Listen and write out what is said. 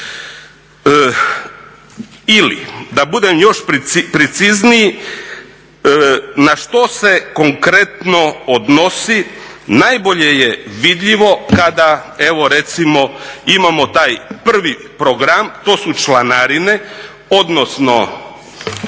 Ili da budem još precizniji, na što se konkretno odnosi najbolje je vidljivo kada evo recimo imamo taj prvi program. To su članarine, odnosno